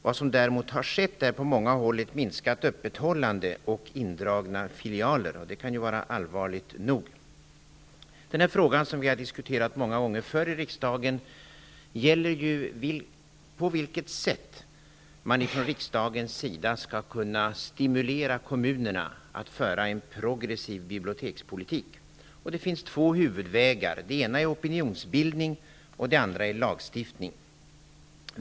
Vad som däremot har skett är att man på många håll har minskat öppethållandet och indragit filialer. Det kan vara allvarligt nog. Den här frågan, som vi har diskuterat många gånger förr i riksdagen, gäller på vilket sätt man från riksdagens sida skall kunna stimulera kommunerna att föra en progressiv bibliotekspolitik. Det finns två huvudvägar. Den ena är opinionsbildning, den andra lagstiftning.